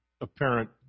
apparent